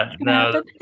no